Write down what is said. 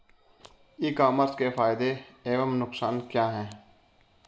ई commerce के फायदे एवं नुकसान क्या हैं?